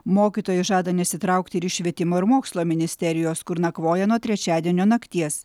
mokytojai žada nesitraukti ir iš švietimo ir mokslo ministerijos kur nakvoja nuo trečiadienio nakties